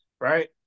right